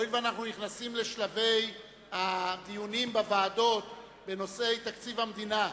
הואיל ואנחנו נכנסים לשלבי הדיונים בוועדות בנושאי תקציב המדינה,